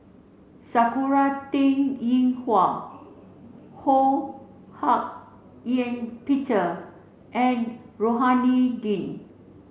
Sakura Teng Ying Hua Ho Hak Ean Peter and Rohani Din